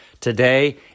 Today